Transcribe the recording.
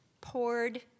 poured